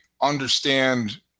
understand